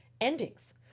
endings